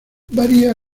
varía